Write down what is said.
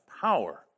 power